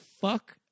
fuck